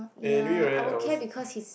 ya I will care because he's